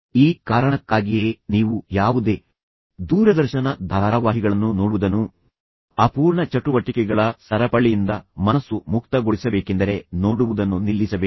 ಈ ಕಾರಣಕ್ಕಾಗಿಯೇ ನೀವು ಯಾವುದೇ ದೂರದರ್ಶನ ಧಾರಾವಾಹಿಗಳನ್ನು ನೋಡುವುದನ್ನು ಅಪೂರ್ಣ ಚಟುವಟಿಕೆಗಳ ಸರಪಳಿಯಿಂದ ಮನಸ್ಸು ಮುಕ್ತಗೊಳಿಸಬೇಕೆಂದರೆ ನೋಡುವುದನ್ನು ನಿಲ್ಲಿಸಬೇಕು